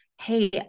Hey